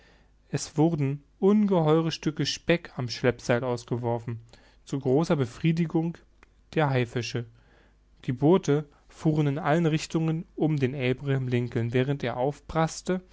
es wurden ungeheure stücke speck am schleppseil ausgeworfen zu großer befriedigung der haifische die boote fuhren in allen richtungen um den abraham lincoln während er aufbraßte